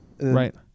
Right